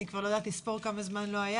אבל אני לא יודעת לספור כמה זמן לא היה